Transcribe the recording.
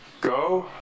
go